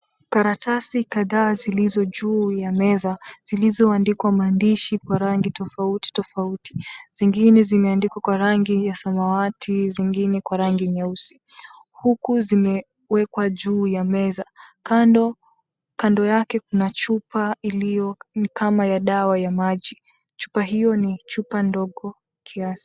Karatasi kadhaa zilizo juu ya meza zilizoandikwa maandishi kwa rangi tofauti tofauti. Zingine zimeandikwa kwa rangi ya samawati, zingine kwa rangi nyeusi huku zimewekwa juu ya meza. Kando kando yake kuna chupa iliyo ni kama ya dawa ya maji, chupa hiyo ni chupa ndogo kiasi.